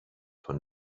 von